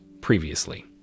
previously